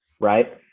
right